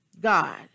God